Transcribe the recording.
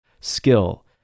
skill